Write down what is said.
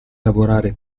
lavorare